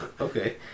Okay